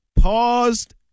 paused